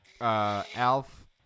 Alf